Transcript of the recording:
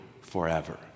forever